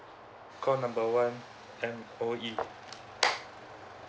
call number one M_O_E